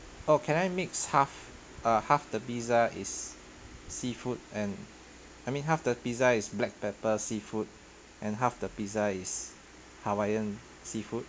oh can I mix half uh half the pizza is seafood and I mean half the pizza is black pepper seafood and half the pizza is hawaiian seafood